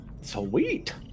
sweet